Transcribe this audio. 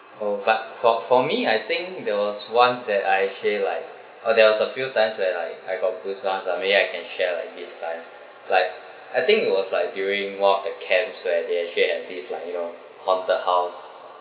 oh but for for me I think there was once that I say like oh there was a few times when I I got goosebumps I mean I can share like this time like I think it was like during one of the camps where they actually have this like you know haunted house